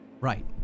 Right